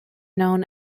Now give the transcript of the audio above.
known